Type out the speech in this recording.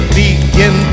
begin